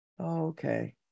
Okay